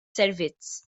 servizz